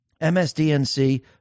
msdnc